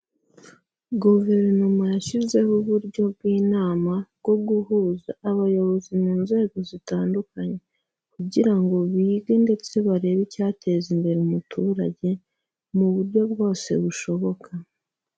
Guverinoma yashyizeho uburyo bw'inama, bwo guhuza abayobozi mu nzego zitandukanye, kugira ngo bige ndetse barebe icyateza imbere umuturage mu buryo bwose bushoboka.